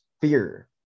fear